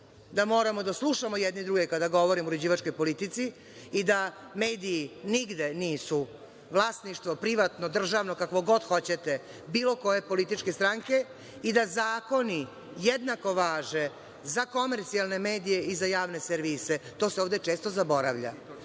da moramo da slušamo jedni druge kada govorimo o uređivačkoj politici i da mediji nigde nisu vlasništvo privatno, državno, kako god hoćete, bilo koje političke stranke i da zakoni jednako važe za komercijalne medije i za javne servise. To se ovde često zaboravlja.